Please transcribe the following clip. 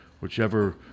Whichever